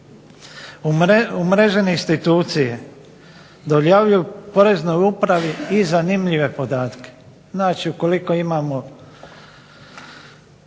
Umrežene institucije dojavljuju poreznoj upravi i zanimljive podatke. Znači ukoliko imamo